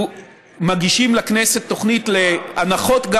אנחנו מגישים לכנסת גם תוכנית להנחות,